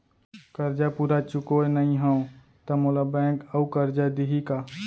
करजा पूरा चुकोय नई हव त मोला बैंक अऊ करजा दिही का?